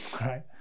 right